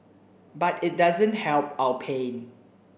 but it doesn't help our pain